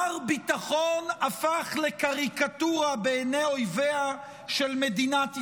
מר ביטחון הפך לקריקטורה בעיני אויביה של מדינת ישראל,